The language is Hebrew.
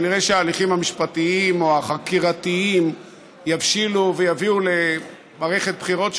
כנראה שההליכים המשפטיים או החקירתיים יבשילו ויביאו למערכת בחירות,